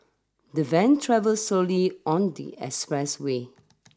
the van travel slowly on the expressway